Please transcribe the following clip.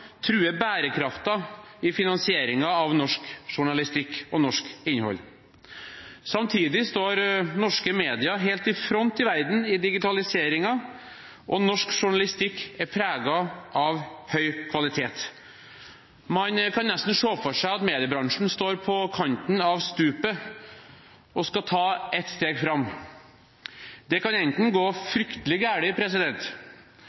truer bærekraften i finansieringen av norsk journalistikk og norsk innhold. Samtidig står norske medier helt i front i verden i digitaliseringen, og norsk journalistikk er preget av høy kvalitet. Man kan nesten se for seg at mediebransjen står på kanten av stupet og skal ta ett steg fram. Det kan gå